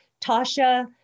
Tasha